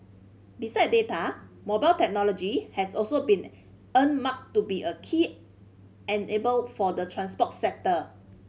besides data mobile technology has also been earmarked to be a key enabler for the transport sector